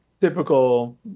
typical